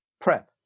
prep